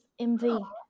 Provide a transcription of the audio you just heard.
MV